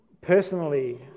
Personally